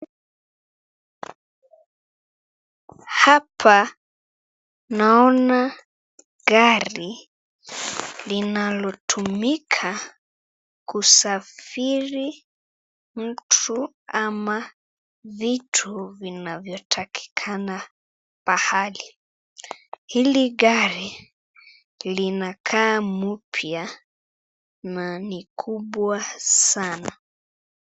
Hapa naona gari linalotumika kusafiri mtu ama vitu vinavyotakikana pahali hili gari linakaa mpya na ni kubwa sana.